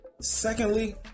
Secondly